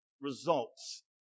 results